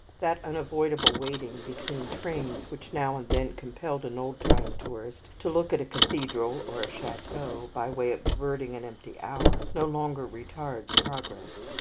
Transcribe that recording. that unavoidable waiting between trains which now and then compelled an old-time tourist to look at a cathedral or a chateau, by way of diverting an empty hour, no longer retards progress.